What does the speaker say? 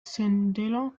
sendero